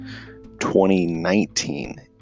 2019